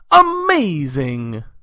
Amazing